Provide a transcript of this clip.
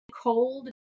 cold